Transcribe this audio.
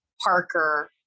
Parker